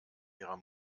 ihrer